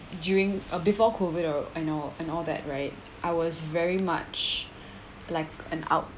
during uh before COVID or I know and all that right I was very much like an outsider